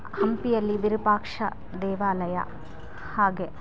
ಹಂಪಿಯಲ್ಲಿ ವಿರೂಪಾಕ್ಷ ದೇವಾಲಯ ಹಾಗೆ